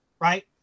Right